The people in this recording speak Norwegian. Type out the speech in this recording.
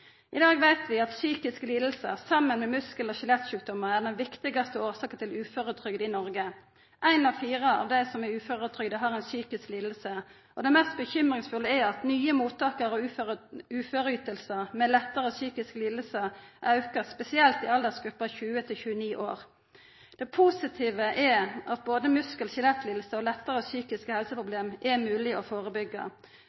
I dag veit vi at psykiske lidingar saman med muskel- og skjelettsjukdomar er den viktigaste årsaka til uføretrygd i Noreg. Ein av fire av dei som er uføretrygda, har ei psykisk liding, og det mest bekymringsfulle er at nye uføretrygdmottakarar med lettare psykiske lidingar, aukar, spesielt i aldersgruppa 20–29 år. Det positive er at både muskel- og skjelettlidingar og lettare psykiske